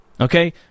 Okay